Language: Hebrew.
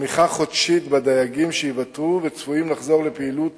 תמיכה חודשית בדייגים שייוותרו וצפויים לחזור לפעילות